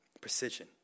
precision